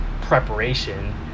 preparation